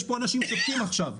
יש פה אנשים ששותקים עכשיו,